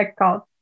checkout